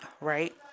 right